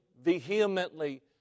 vehemently